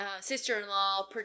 sister-in-law